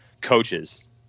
coaches